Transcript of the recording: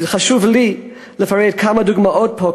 חשוב לי לפרט כמה דוגמאות פה,